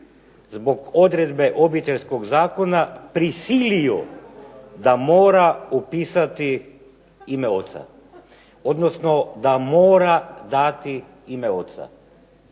zbog odredbe Obiteljskog zakona prisilio da mora upisati ime oca, odnosno da mora dati ime oca.